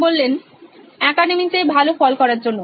শ্যাম অ্যাকাডেমিতে ভালো ফল করার জন্য